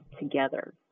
together